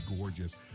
gorgeous